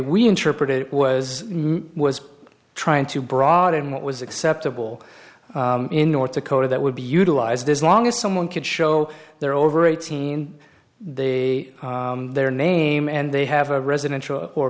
we interpret it was was trying to broaden what was acceptable in north dakota that would be utilized as long as someone could show they're over eighteen they their name and they have a residential or